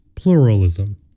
pluralism